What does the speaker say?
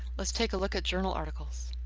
let's take a look at journal articles.